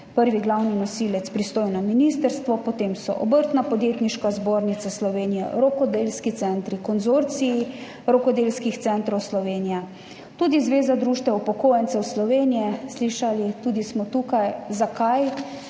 prvi glavni nosilec pristojno ministrstvo, potem so Obrtno-podjetniška zbornica Slovenije, rokodelski centri, Konzorcij rokodelskih centrov Slovenije, tudi Zveza društev upokojencev Slovenije, slišali smo tudi tukaj, zakaj